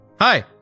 Hi